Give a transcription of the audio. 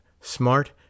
smart